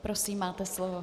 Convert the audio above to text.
Prosím, máte slovo.